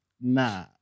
Nah